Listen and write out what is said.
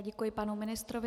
Děkuji panu ministrovi.